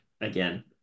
again